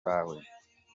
bawe